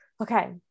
okay